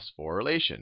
Phosphorylation